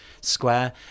Square